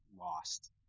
lost